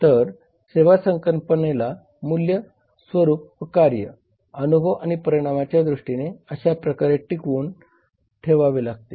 तर सेवा संकल्पनेला मूल्य स्वरूप व कार्य अनुभव आणि परिणामाच्या दृष्टीने अशा प्रकारे टिकवून ठेवावे लागते